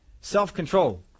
Self-control